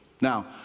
Now